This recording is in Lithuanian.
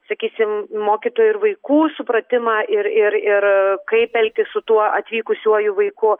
sakysim mokytojų ir vaikų supratimą ir ir ir kaip elgtis su tuo atvykusiuoju vaiku